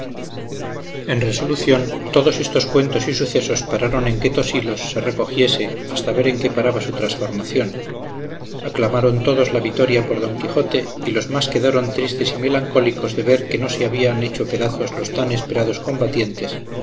en resolución todos estos cuentos y sucesos pararon en que tosilos se recogiese hasta ver en qué paraba su transformación aclamaron todos la vitoria por don quijote y los más quedaron tristes y melancólicos de ver que no se habían hecho pedazos los tan esperados combatientes